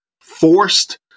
Forced